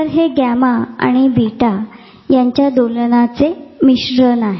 तर हे गॅमा आणि थिटा यांच्या दोलनाचे मिश्रण आहे